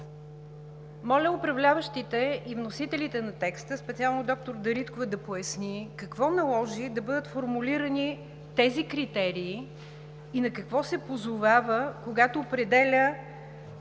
Моля, управляващите и вносителите на текста, специално доктор Дариткова да поясни, какво наложи да бъдат формулирани тези критерии и на какво се позовава, когато определя